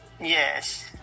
Yes